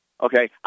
Okay